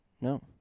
No